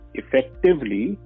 effectively